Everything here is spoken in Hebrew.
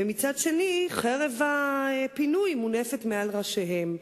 ומצד שני חרב הפינוי מונפת מעל ראשיהם.